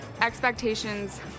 Expectations